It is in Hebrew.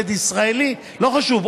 לא חשוב,